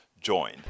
join